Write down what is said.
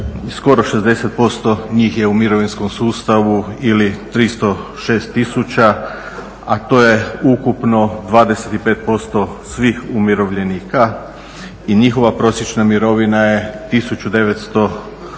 skoro 60% njih je u mirovinskom sustavu ili 306000 a to je ukupno 25% svih umirovljenika i njihova prosječna mirovina je 1965